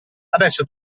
adesso